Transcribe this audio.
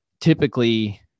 typically